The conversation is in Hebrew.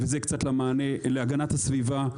זה מענה להגנת הסביבה: